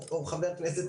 או חבר כנסת,